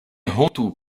hontu